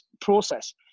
process